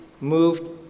moved